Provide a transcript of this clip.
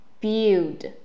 build